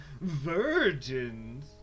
virgins